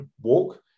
walk